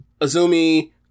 Azumi